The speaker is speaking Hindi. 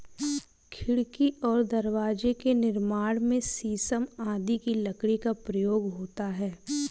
खिड़की और दरवाजे के निर्माण में शीशम आदि की लकड़ी का प्रयोग होता है